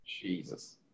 Jesus